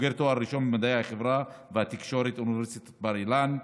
בוגר תואר ראשון במדעי החברה ובתקשורת באוניברסיטת בר-אילן,